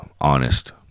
honest